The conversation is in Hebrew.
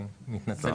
אני מתנצל בשמו.